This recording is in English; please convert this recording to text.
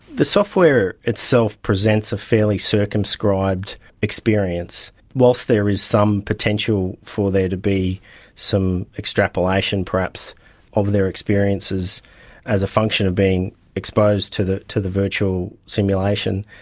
the software itself presents a fairly circumscribed experience. whilst there is some potential for there to be some extrapolation perhaps of their experiences as a function of being exposed to the to the virtual simulation,